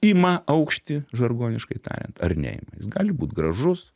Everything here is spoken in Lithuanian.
ima aukštį žargoniškai tariant ar neima jis gali būt gražus